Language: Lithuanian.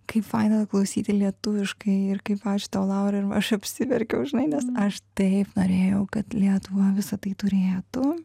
kaip faina klausyti lietuviškai ir kaip ačiū tau laura ir aš apsiverkiau žinai nes aš taip norėjau kad lietuva visa tai turėtų